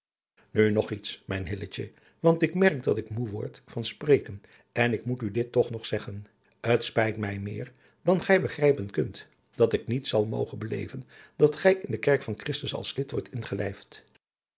nu nog iets mijn hilletje want ik merk dat ik moê word van spreken en ik moet u dit toch nog zeggen t spijt mij meer dan gij begrijpen kunt dat ik niet zal mogen beleven dat gij in de kerk van christus als lid wordt